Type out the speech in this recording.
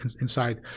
inside